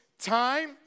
time